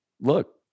Look